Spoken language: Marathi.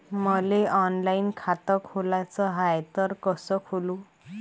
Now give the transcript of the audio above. मले ऑनलाईन खातं खोलाचं हाय तर कस खोलू?